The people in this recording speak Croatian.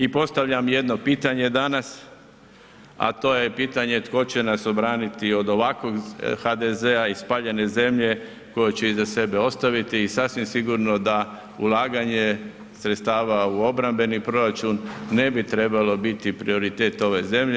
I postavljam jedno pitanje danas, a to je pitanje tko će nas obraniti od ovakvog HDZ-a i spaljene zemlje koju će iza sebe ostaviti i sasvim sigurno da ulaganje sredstava u obrambeni proračun ne bi trebalo biti prioritet ove zemlje.